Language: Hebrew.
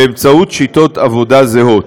בשיטות עבודה זהות.